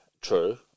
true